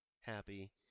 happy